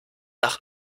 nach